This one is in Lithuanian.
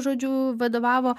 žodžiu vadovavo